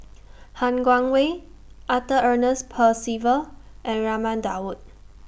Han Guangwei Arthur Ernest Percival and Raman Daud